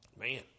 Man